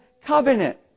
covenant